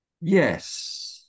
Yes